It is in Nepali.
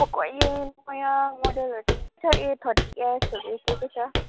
ओप्पोको अहिले नयाँ मोडलहरू छ ए थर्टी एसहरू त्यो चाहिँ छ